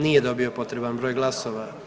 Nije dobio potreban broj glasova.